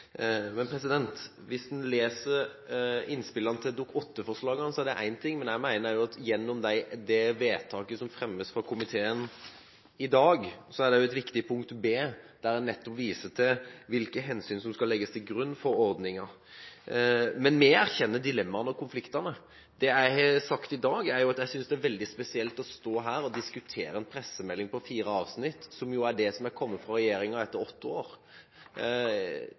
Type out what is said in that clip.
Men hvis man leser innspillene til Dokument 8-forslagene, er det én ting, men jeg mener også at det i innstillingens forslag til vedtak i dag er et viktig punkt B, der man nettopp viser til hvilke hensyn som skal legges til grunn for ordningen. Vi erkjenner dilemmaene og konfliktene. Det jeg har sagt i dag, er at jeg synes det er veldig spesielt å stå her og diskutere en pressemelding på fire avsnitt, som er det som har kommet fra regjeringen etter åtte år.